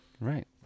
Right